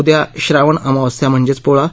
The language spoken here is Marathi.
उद्या श्रावण अमावस्या म्हणजे पोळा